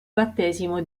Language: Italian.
battesimo